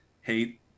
hate